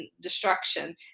destruction